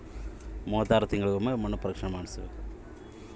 ಎಷ್ಟು ತಿಂಗಳಿಗೆ ಒಮ್ಮೆ ಮಣ್ಣು ಪರೇಕ್ಷೆ ಮಾಡಿಸಬೇಕು?